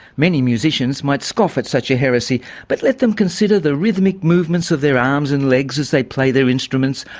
many musicians might scoff at such a heresy but let them consider the rhythmic movements of their arms and legs as they play their instruments,